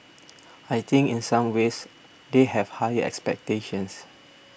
I think in some ways they have higher expectations